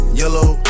yellow